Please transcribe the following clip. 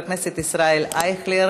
חבר הכנסת ישראל אייכלר,